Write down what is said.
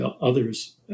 others